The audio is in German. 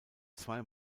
zwei